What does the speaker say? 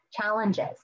challenges